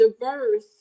diverse